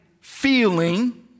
feeling